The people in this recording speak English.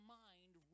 mind